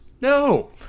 No